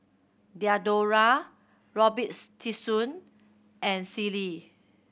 Diadora Robitussin and Sealy